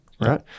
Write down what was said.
right